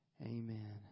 Amen